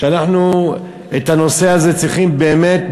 שאת הנושא הזה אנחנו צריכים באמת בחקיקה,